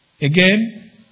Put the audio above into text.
Again